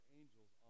angels